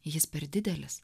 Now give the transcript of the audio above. jis per didelis